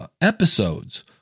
episodes